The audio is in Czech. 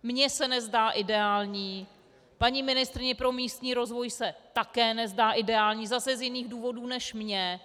Mně se nezdá ideální, paní ministryni pro místní rozvoj se také nezdá ideální zase z jiných důvodů než mně.